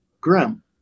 grim